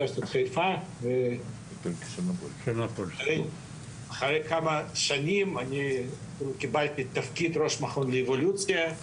אחרי כמה שנים אני קיבלתי תפקיד ראש מכון לאבולוציה.